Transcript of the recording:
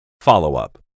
Follow-up